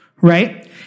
right